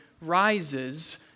rises